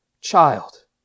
child